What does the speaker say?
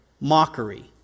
Mockery